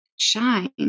Shine